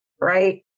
Right